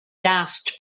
last